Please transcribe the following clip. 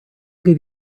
give